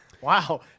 Wow